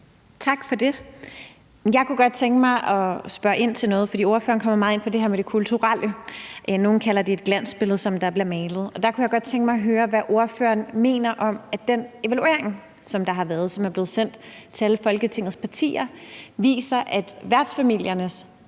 Tak for det. Jeg kunne godt tænke mig at spørge ind til noget, for ordføreren kommer meget ind på det her med det kulturelle; nogle kalder det et glansbillede, der bliver malet. Der kunne jeg godt tænke mig at høre, hvad ordføreren mener om, at den evaluering, der har været, og som er blevet sendt til alle Folketingets partier, viser, at værtsfamiliernes